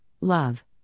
love